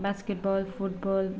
basketball football